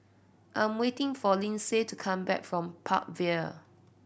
I'm waiting for Lindsey to come back from Park Vale